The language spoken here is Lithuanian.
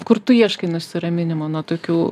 kur tu ieškai nusiraminimo nuo tokių